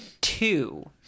Two